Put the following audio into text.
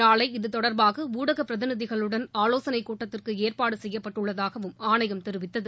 நாளை இதுதொடர்பாக ஊடக பிரதிநிதிகளுடன் ஆலோசனைக் கூட்டத்திற்கு ஏற்பாடு செய்யப்பட்டுள்ளதாகவும் ஆணையம் தெரிவித்தது